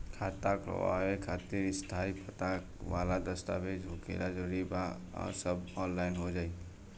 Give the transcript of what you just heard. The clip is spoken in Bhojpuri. खाता खोलवावे खातिर स्थायी पता वाला दस्तावेज़ होखल जरूरी बा आ सब ऑनलाइन हो जाई?